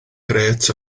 grêt